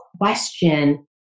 question